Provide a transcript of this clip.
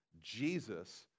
Jesus